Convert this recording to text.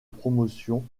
promotion